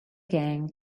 gang